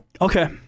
Okay